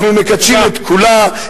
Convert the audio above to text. אנחנו מקדשים את כולה,